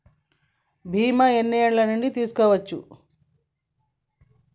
బీమా ఎన్ని ఏండ్ల నుండి తీసుకోవచ్చు?